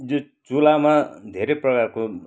चुल्हामा धेरै प्रकारको